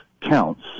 counts